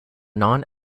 non